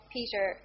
Peter